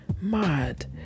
Mad